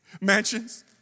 mansions